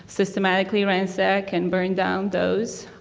systematically ransack and burn down those.